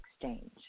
exchange